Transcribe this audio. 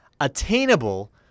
attainable